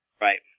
Right